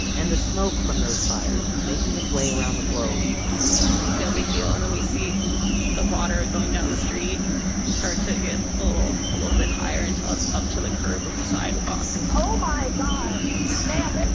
and the smoke from those fires is making its way around the globe it started raining and no big deal. and then we see the water going down the street start to get a little little bit higher, until it's up to the curb of the sidewalk oh, my god ma'am, but